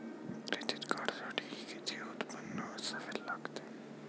Credit कार्डसाठी किती उत्पन्न असावे लागते?